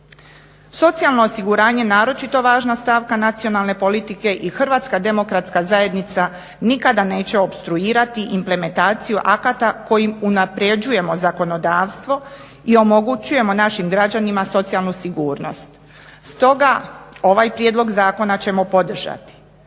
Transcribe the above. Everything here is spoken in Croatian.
Socijalno osiguranje je naročito važna stavka nacionalne politike i HDZ nikada neće opstruirati implementaciju akata kojim unaprjeđujemo zakonodavstvo i omogućujemo našim građanima socijalnu sigurnost. Stoga, ovaj prijedlog zakona ćemo podržati.